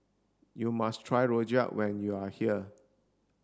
you must try rojak when you are here